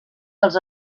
dels